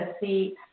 see